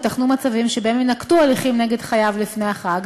ייתכנו מצבים שבהם יינקטו הליכים נגד חייב לפני החג,